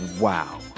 wow